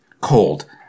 cold